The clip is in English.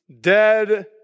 dead